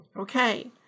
Okay